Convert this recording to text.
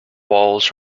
walls